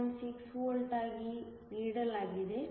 6 ವೋಲ್ಟ್ಗಳಾಗಿ ನೀಡಲಾಗಿದೆ